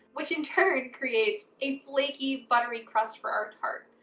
which in turn creates a flaky, buttery crust for our tart.